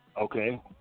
Okay